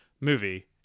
movie